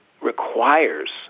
requires